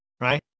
right